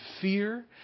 fear